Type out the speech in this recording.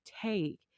take